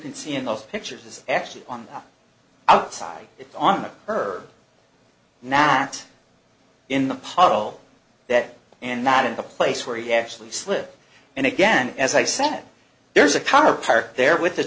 can see in those pictures is actually on the outside on her now act in the puddle that and not in the place where he actually slid and again as i said there's a car parked there with the